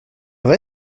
vrai